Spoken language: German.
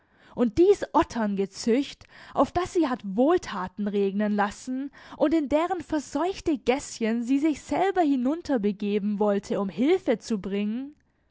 und dies otterngezücht auf das sie hat wohltaten regnen lassen und in deren verseuchte gäßchen sie sich selber hinunterbegeben wollte um hilfe zu bringen